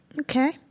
Okay